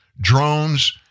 drones